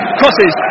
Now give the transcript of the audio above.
crosses